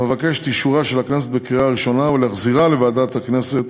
ואני מבקש את אישורה של הכנסת בקריאה ראשונה ולהחזירה לוועדת הכנסת